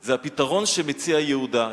זה הפתרון שמציע יהודה.